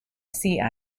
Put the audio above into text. sea